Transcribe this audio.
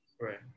right